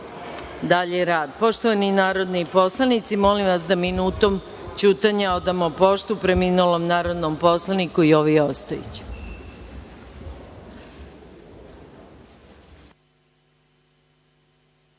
dalji rad. Poštovani narodni poslanici, molim vas da minutom ćutanja odamo poštu preminulom narodnom poslaniku Jovi